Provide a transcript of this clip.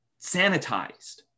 sanitized